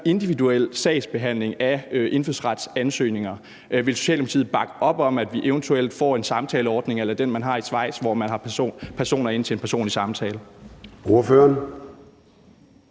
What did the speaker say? individuel sagsbehandling af indfødsretsansøgninger? Vil Socialdemokratiet bakke op om, at vi eventuelt får en samtaleordning a la den, man har i Schweiz, hvor man har folk inde til en personlig samtale?